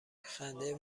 خنده